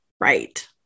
Right